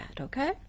okay